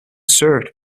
served